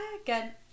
again